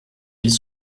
ils